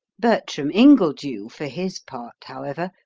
bertram ingledew, for his part, however,